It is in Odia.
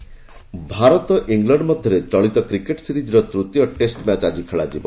କ୍ରିକେଟ୍ ଭାରତ ଇଂଲଣ୍ଡ ମଧ୍ୟରେ ଚଳିତ କ୍ରିକେଟ୍ ସିରିଜ୍ର ତୂତୀୟ ଟେଷ୍ଟ ମ୍ୟାଚ୍ ଆକି ଖେଳାଯିବ